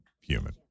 human